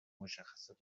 مشخصات